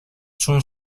چون